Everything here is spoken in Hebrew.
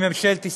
מממשלת ישראל,